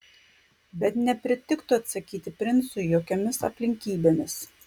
bet nepritiktų atsakyti princui jokiomis aplinkybėmis